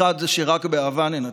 אחת, שרק באהבה ננצח.